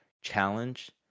challenge